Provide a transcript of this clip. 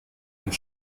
und